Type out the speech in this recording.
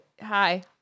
Hi